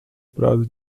prazo